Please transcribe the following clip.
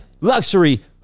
luxury